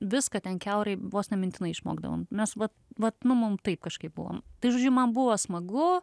viską ten kiaurai vos ne mintinai išmokdavom mes vat vat nu mum taip kažkaip buvo tai žodžiu man buvo smagu